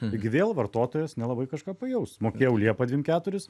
taigi vėl vartotojas nelabai kažką pajaus mokėjau liepą dvim keturis